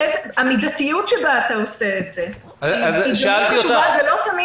המידתיות שבה אתה עושה את זה היא חשובה מאוד.